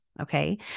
okay